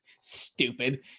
stupid